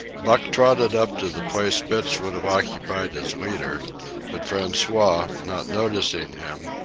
buck trotted up to the place spitz would have occupied as leader but francois, not noticing him,